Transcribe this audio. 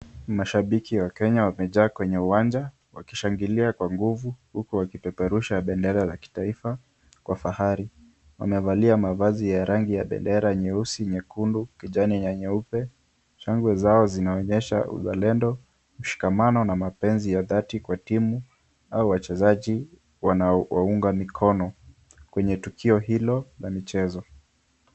Mashabiki wa Kenya wamejaa kwenye uwanja wakishangilia kwa nguvu huku wakipeperusha bendera ya kitaifa kwa fahari. Wamevalia mavazi ya rangi ya bendera nyeusi, nyekundu, kijani na nyeupe. Shangwe zao zinaonyesha uzalendo, ushikamano na mapenzi ya dhati kwa timu au wachezaji wanaowaunga mikono kwenye tukio hilo la michezo.